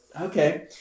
okay